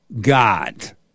God